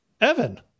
Evan